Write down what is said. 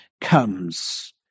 comes